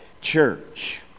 church